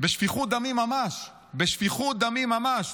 בשפיכות דמים ממש, בשפיכות דמים ממש.